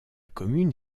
commune